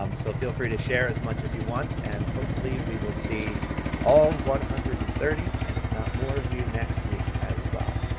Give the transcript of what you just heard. um so feel free to share as much as you want, and hopefully we will see all one hundred and thirty, and if not, more of you next week as well.